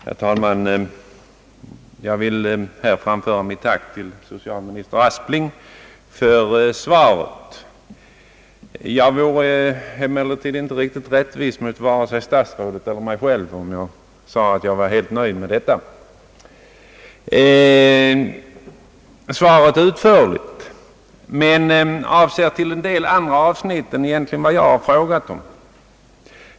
Herr talman! Jag vill här framföra mitt tack till socialminister Aspling för svaret. Jag vore emellertid inte riktigt rättvis mot vare sig statsrådet eller mig själv, om jag sade att jag var helt nöjd med det. Svaret är utförligt men avser till en del andra avsnitt än dem jag egentligen frågade om.